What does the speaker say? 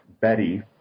Betty